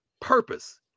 purpose